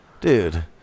Dude